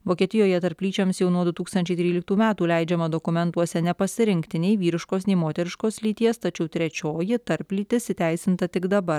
vokietijoje tarplyčiams jau nuo du tūkstančiai tryliktų metų leidžiama dokumentuose nepasirinkti nei vyriškos nei moteriškos lyties tačiau trečioji tarplytis įteisinta tik dabar